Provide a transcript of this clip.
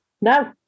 No